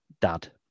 dad